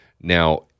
Now